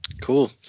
Cool